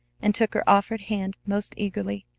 and took her offered hand most eagerly,